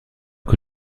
que